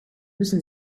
müssen